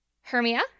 Hermia